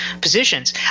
positions